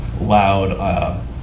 loud